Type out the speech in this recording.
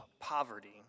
poverty